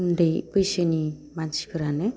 उन्दै बैसोनि मानसिफोरानो